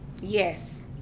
Yes